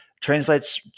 translates